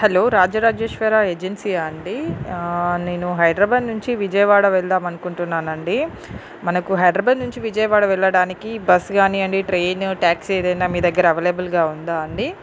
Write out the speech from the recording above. hello Rajarajeshwara ఏజెన్సీయా అండి నేను హైదరాబాద్ నుంచి విజయవాడ వెల్దామానుకుంటున్నాను అండి మనకు హైదరాబాద్ నుంచి విజయవాడ వెళ్లడానికి బస్సు కానీ అండి ట్రైన్ టాక్సీ ఏదైనా మీ దగ్గర అవైలబుల్గా ఉందా అండి